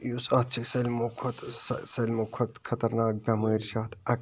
یُس اَتھ چھِ سٲلمو کھۄتہٕ سٲلمو کھۄتہ خَطرناک بیٚمٲرۍ چھِ اَتھ اَکٕے